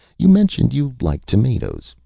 you mentioned you liked tomatoes.